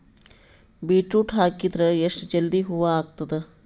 Beetroot ಹಾಕಿದರ ಎಷ್ಟ ಜಲ್ದಿ ಹೂವ ಆಗತದ?